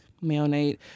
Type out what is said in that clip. mayonnaise